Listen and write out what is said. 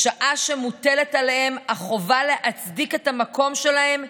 בשעה שמוטלת עליהם החובה להצדיק את המקום שלהם,